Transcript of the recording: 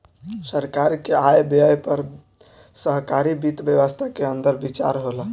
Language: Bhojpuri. सरकार के आय व्यय पर सरकारी वित्त व्यवस्था के अंदर विचार होला